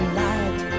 light